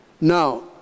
Now